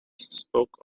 spoke